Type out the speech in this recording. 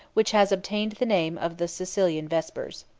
which has obtained the name of the sicilian vespers.